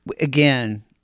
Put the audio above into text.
Again